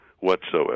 whatsoever